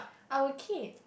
I will keep